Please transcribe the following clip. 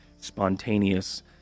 spontaneous